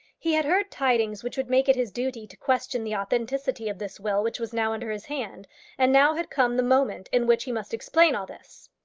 he had heard tidings which would make it his duty to question the authenticity of this will which was now under his hand and now had come the moment in which he must explain all this.